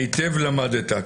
היטב למדת.